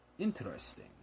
Interesting